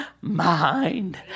mind